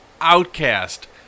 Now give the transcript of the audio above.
Outcast